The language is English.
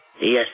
Yes